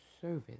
Service